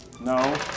no